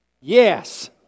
Yes